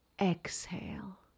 exhale